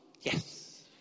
Yes